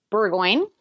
Burgoyne